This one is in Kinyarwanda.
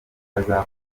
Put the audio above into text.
azakora